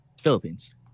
Philippines